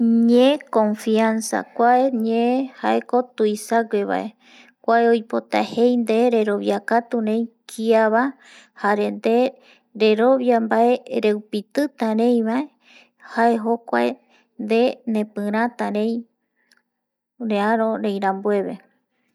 Ñe confianza kuae ñe jaeko tuisaguevae kuae oipota jei nde rerovia katurei kiava jare nde rerovia mbae reupitita reiva jae jokuae nde nepɨrata rei rearo reirambueve